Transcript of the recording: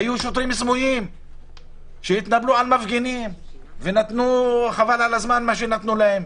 והיו שוטרים סמויים שהתנפלו על מפגינים וחבל על הזמן מה שנתנו להם,